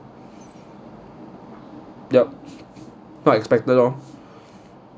yup I expected lor